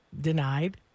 denied